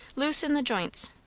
loose in the joints,